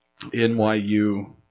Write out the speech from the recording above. nyu